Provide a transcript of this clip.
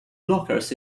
blockers